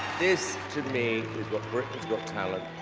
this to me is what britain's got talent